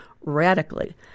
radically